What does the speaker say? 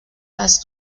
más